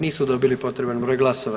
Nisu dobili potreban broj glasova.